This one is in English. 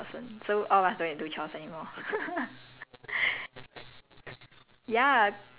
kind of thing to like take care of the house ya then after that I'll just change back to a person so all of us don't need to do chores anymore